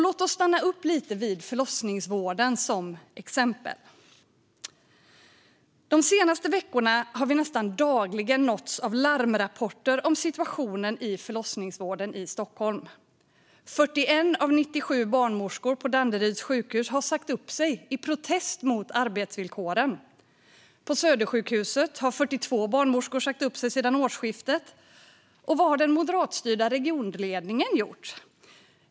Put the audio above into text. Låt oss stanna upp lite vid förlossningsvården som exempel. De senaste veckorna har vi nästan dagligen nåtts av larmrapporter om situationen i förlossningsvården i Stockholm. På Danderyds sjukhus har 41 av 97 barnmorskor sagt upp sig i protest mot arbetsvillkoren. På Södersjukhuset har 42 barnmorskor sagt upp sig sedan årsskiftet. Vad har den moderatstyrda regionledningen gjort?